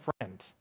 friend